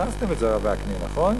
הכנסתם את זה, הרב וקנין, נכון?